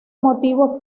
motivo